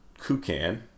Kukan